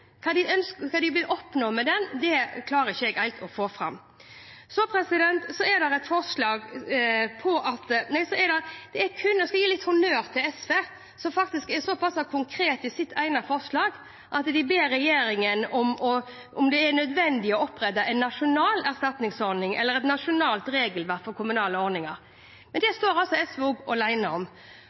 hva de vil oppnå med det, klarer ikke jeg helt å se. Så skal jeg gi litt honnør til SV, som faktisk er såpass konkret i sitt ene forslag at de ber regjeringen om nødvendig å opprette en nasjonal erstatningsordning eller et nasjonalt regelverk for kommunale ordninger. Men det står SV alene om. For oss har det vært viktig at vi har en frivillig ordning ute i kommunene, men det fratar jo ikke kommunene erstatningsplikt. Alle kommuner er omfattet av en erstatningsplikt, og